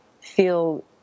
feel